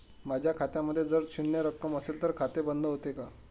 माझ्या खात्यामध्ये जर शून्य रक्कम असेल तर खाते बंद होते का?